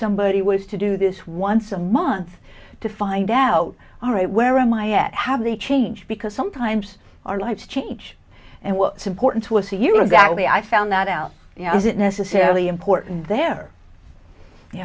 somebody was to do this once a month to find out all right where am i at have the change because sometimes our lives change and what's important to us you've got the i found that out you know isn't necessarily important there you